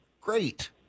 Great